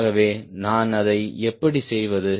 ஆகவே நான் அதை எப்படி செய்வது